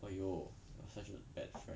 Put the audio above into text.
!aiyo! you are such a bad friend